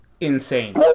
insane